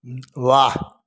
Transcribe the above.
वाह